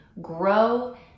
grow